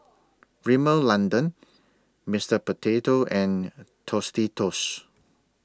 Rimmel London Mister Potato and Tostitos